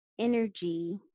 energy